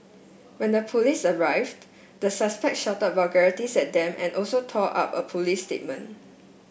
when the police arrived the suspect shouted vulgarities at them and also tore up a police statement